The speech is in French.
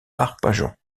arpajon